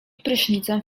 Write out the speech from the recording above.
prysznicem